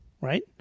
right